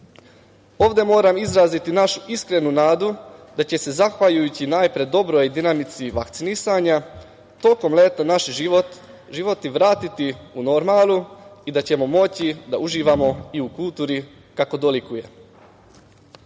moram izraziti našu iskrenu nadu da će se zahvaljujući, najpre, dobroj dinamici vakcinisanja tokom leta naši životi vratiti u normalu i da ćemo moći da uživamo i u kulturi kako dolikuje. Ovaj